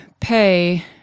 pay